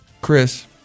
Chris